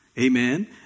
Amen